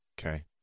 okay